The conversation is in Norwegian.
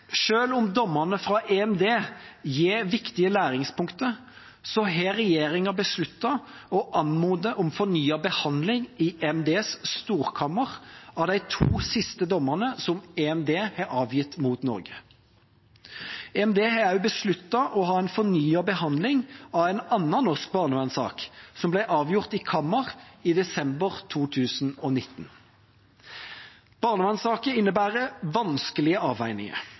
om dommene fra EMD gir viktige læringspunkter, har regjeringa besluttet å anmode om fornyet behandling i EMDs storkammer av de to siste dommene som EMD har avgitt mot Norge. EMD har også besluttet å ha en fornyet behandling av en annen norsk barnevernssak, som ble avgjort i kammer i desember 2019. Barnevernssaker innebærer vanskelige avveininger